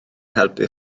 helpu